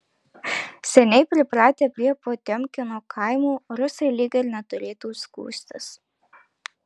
seniai pripratę prie potiomkino kaimų rusai lyg ir neturėtų skųstis